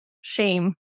shame